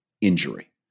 injury